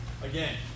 Again